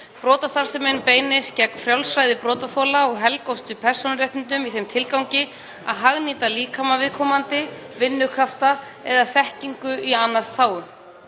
Brotastarfsemin beinist gegn frjálsræði brotaþola og helgustu persónuréttindum í þeim tilgangi að hagnýta líkama viðkomandi, vinnukrafta eða þekkingu í annars þágu.